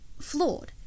flawed